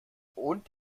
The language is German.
und